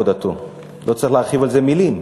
עבודתו" לא צריך להרחיב על זה מילים.